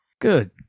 Good